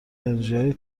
انرژیهای